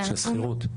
של השכירות.